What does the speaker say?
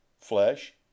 flesh